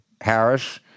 Harris